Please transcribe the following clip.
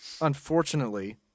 unfortunately